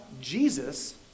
Jesus